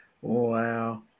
Wow